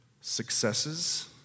Successes